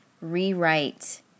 rewrite